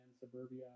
Suburbia